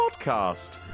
podcast